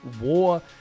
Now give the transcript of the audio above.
war